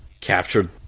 captured